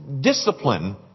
discipline